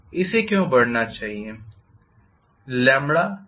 इसे क्यों बढ़ना चाहिए